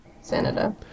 Senator